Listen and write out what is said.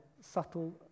subtle